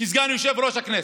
כסגן יושב-ראש הכנסת.